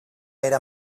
era